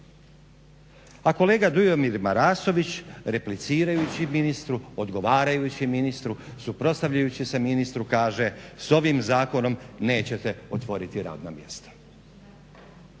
a kolega Dujomir Marasović replicirajući ministru, odgovarajući ministru, suprotstavljajući se ministru kaže s ovim zakonom nećete otvoriti radna mjesta.